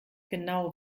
genau